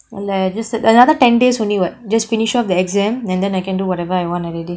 just another ten days only what just finish off the exam then and then I can do whatever I want already